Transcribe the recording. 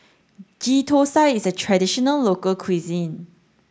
Ghee Thosai is a traditional local cuisine